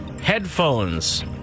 Headphones